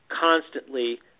constantly